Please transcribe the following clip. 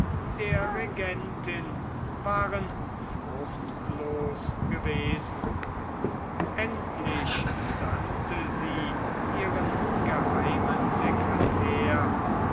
der regentin waren fruchtlos gewesen endlich sandte sie ihren geheimen secretär